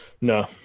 No